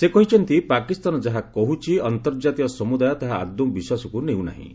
ସେ କହିଛନ୍ତି ପାକିସ୍ତାନ ଯାହା କହୁଛି ଅନ୍ତର୍ଜାତୀୟ ସମୁଦାୟ ତାହା ଆଦୌ ବିଶ୍ୱାସକୁ ନେଉନାହିଁ